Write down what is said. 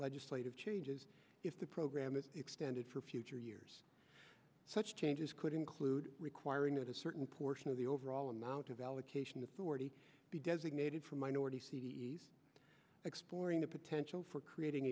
legislative changes if the program is extended for future years such changes could include requiring that a certain portion of the overall amount of allocation authority be designated for minority c d s exploring the potential for creating